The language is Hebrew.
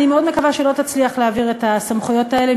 אני מאוד מקווה שלא תצליח להעביר את הסמכויות האלה,